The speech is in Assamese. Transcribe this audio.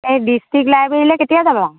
এই ডিষ্ট্ৰিক্ট লাইব্ৰেৰীলৈ কেতিয়া যাবা